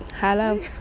Hello